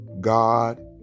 God